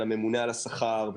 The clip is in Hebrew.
הממונה על השכר,